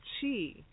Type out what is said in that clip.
chi